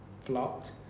flopped